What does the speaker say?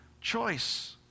choice